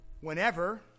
whenever